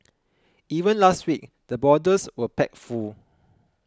even last week the borders were packed full